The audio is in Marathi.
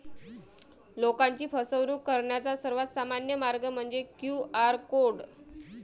लोकांची फसवणूक करण्याचा सर्वात सामान्य मार्ग म्हणजे क्यू.आर कोड